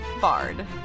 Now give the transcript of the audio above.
bard